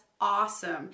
awesome